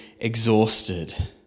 exhausted